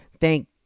thank